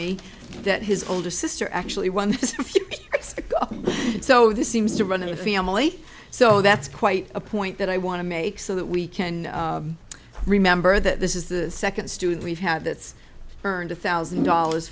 me that his older sister actually won so this seems to run in a family so that's quite a point that i want to make so that we can remember that this is the second student we've had that's earned a thousand dollars